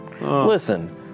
Listen